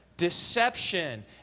deception